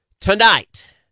Tonight